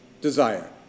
desire